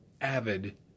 avid